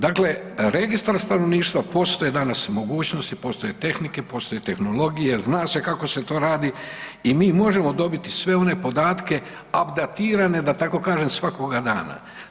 Dakle, registar stanovništva, postoje danas mogućnosti, postoje tehnike, postoje tehnologije, zna se kako se to radi i mi možemo dobiti sve one podatke abdatirane da tako kažem svakoga dana.